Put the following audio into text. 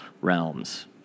realms